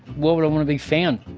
why would i want to be found?